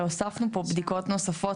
אלא הוספנו פה בדיקות נוספות,